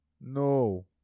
No